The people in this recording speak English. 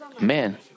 man